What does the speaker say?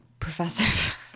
Professive